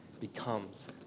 becomes